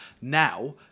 now